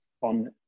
on